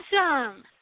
Awesome